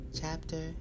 Chapter